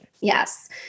Yes